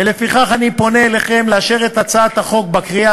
ולפיכך אני פונה אליכם לאשר את הצעת החוק בקריאה